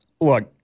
look